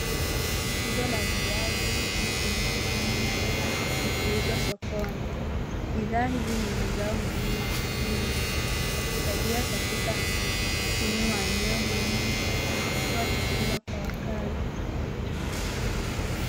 Rundo la viazi, vitunguu na nyanya zikiuzwa sokoni. Bidhaa hizi ni mazao muhimu ya kilimo, yakichangia katika ujumi wa eneo hilo na kutoa chakula kwa wakaazi.